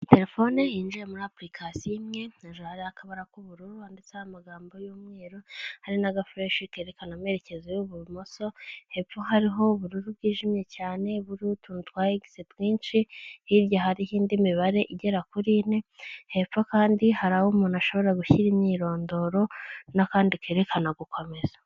Telefone yinjiye muri apurikasiyo imwe hejuru hariho akabara k'ubururu ndetse hariho magambo y'umweru hari n'gafureshe kerekana amerekezo y'ibumoso, hepfo hariho ubururu bwijimye cyane buho utuntu twa x twinshi, hirya hari y'indi mibare igera kuri ine, hepfo kandi hari aho umuntu ashobora gushyira imyirondoro n'akandi kerekana gukomeza.